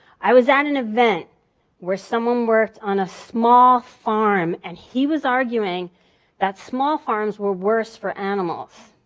i was at an event where someone worked on a small farm and he was arguing that small farms were worse for animals.